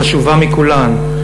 החשובה מכולן,